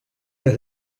der